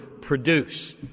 produce